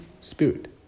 spirit